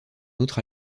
autre